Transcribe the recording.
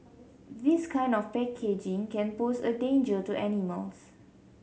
this kind of packaging can pose a danger to animals